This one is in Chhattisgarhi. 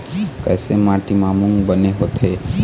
कइसे माटी म मूंग बने होथे?